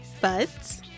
Buds